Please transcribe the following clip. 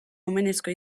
omenezko